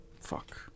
Fuck